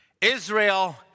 Israel